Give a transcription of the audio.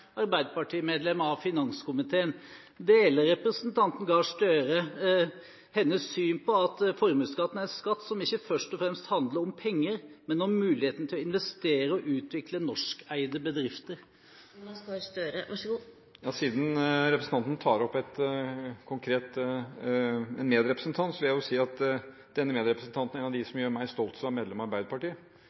arbeiderpartimedlem av finanskomiteen. Deler representanten Gahr Støre hennes syn på at formuesskatten er en skatt som ikke først og fremst handler om penger, men om muligheten til å investere i og utvikle norskeide bedrifter? Siden representanten nevner en medrepresentant, vil jeg si at denne medrepresentanten er en av dem som gjør meg stolt av å være medlem av Arbeiderpartiet,